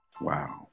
wow